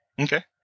Okay